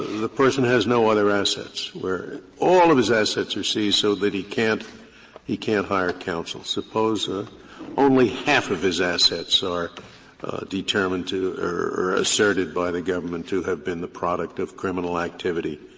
the person has no other assets, where all of his assets are seized so that he can't he can't hire counsel? suppose ah only half of his assets are determined to or asserted by the government to have been the product of criminal activity,